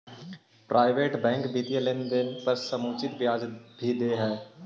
private bank वित्तीय लेनदेन पर समुचित ब्याज भी दे हइ